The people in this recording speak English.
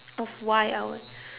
of why I would